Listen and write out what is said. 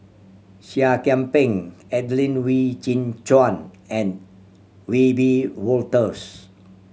Seah Kian Peng Adelene Wee Chin Suan and Wiebe Wolters